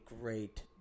great